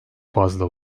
fazla